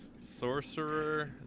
Sorcerer